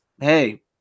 Hey